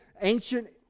ancient